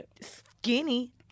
skinny